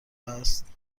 است